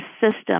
system